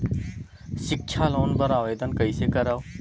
सिक्छा लोन बर आवेदन कइसे करव?